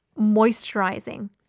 moisturizing